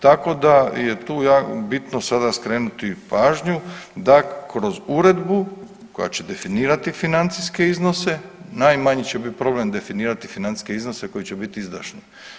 Tako da je tu bitno sada skrenuti pažnju da kroz uredbu koja će definirati financijske iznose, najmanji će problem biti definirati financijske iznose koji će biti izdašni.